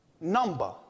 number